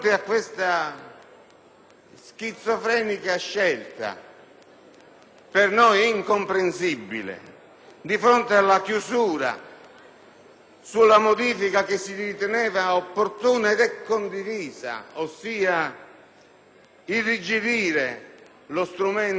per noi incomprensibile, di fronte alla chiusura sulla modifica che si riteneva opportuna ed è condivisa, ossia irrigidire lo strumento di concessione del beneficio di sospensione della pena,